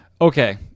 Okay